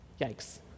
Yikes